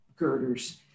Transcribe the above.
girders